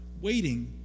waiting